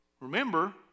Remember